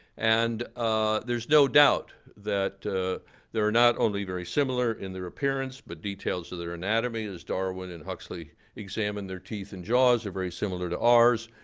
and ah there's no doubt that they are not only very similar in their appearance, but details of their anatomy as darwin and huxley examined their teeth and jaws, are very similar to ours.